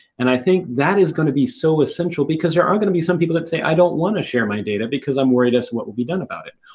and, i think that is going to be so essential because there aren't going to be some people that say, i don't want to share my data because i'm worried that's what will be done about it.